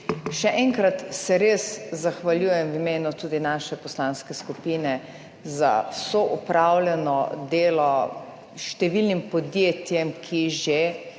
Še enkrat se res zahvaljujem v imenu tudi naše poslanske skupine, za vso opravljeno delo številnim podjetjem, ki že